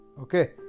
Okay